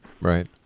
right